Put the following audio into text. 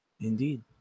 Indeed